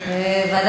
והביטחון, כן, בהחלט.